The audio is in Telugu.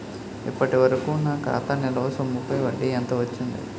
ఇప్పటి వరకూ నా ఖాతా నిల్వ సొమ్ముపై వడ్డీ ఎంత వచ్చింది?